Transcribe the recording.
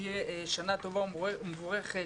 שתהיה שנה טובה ומבורכת,